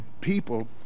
People